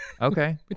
okay